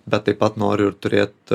bet taip pat noriu ir turėt